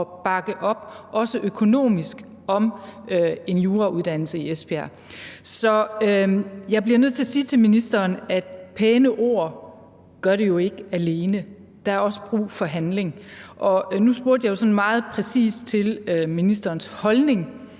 at bakke op, også økonomisk, om en jurauddannelse i Esbjerg. Så jeg bliver nødt til at sige til ministeren, at pæne ord jo ikke gør det alene. Der er også brug for handling. Nu spurgte jeg jo sådan meget præcist til ministerens holdning,